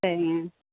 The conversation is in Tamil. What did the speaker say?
சரிங்க